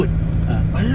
ah